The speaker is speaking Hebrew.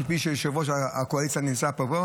כפי שראש הקואליציה שנמצא פה אמר,